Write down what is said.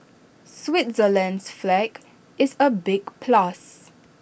Switzerland's flag is A big plus